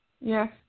Yes